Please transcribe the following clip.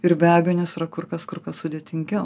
ir be abejonės yra kur kas kur kas sudėtingiau